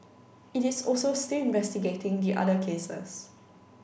it is also still investigating the other cases